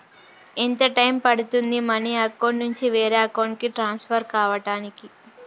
ఎంత టైం పడుతుంది money account నుంచి వేరే అకౌంట్ కి ట్రాన్స్ఫర్ కావటానికి?